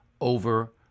over